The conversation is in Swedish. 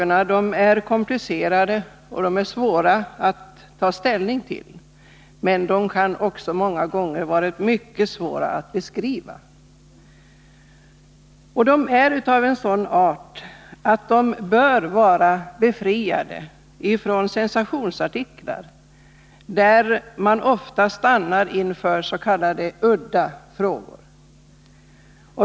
Ofta är dessa frågor komplicerade och svåra att ta ställning till. Sakförhållandena kan också många gånger vara mycket svåra att beskriva. Dessa frågor är vidare av sådan art att de bör slippa behandlas i sensationsartiklar, där man ofta stannar inför s.k. udda frågor.